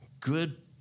Good